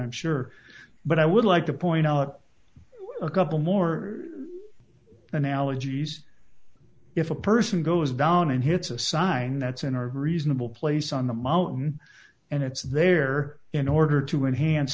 i'm sure but i would like to point out a couple more analogies if a person goes down and hits a sign that's in a reasonable place on the mountain and it's there in order to enhance